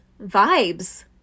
vibes